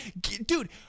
Dude